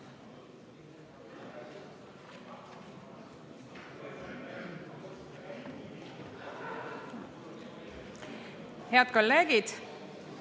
Head kolleegid!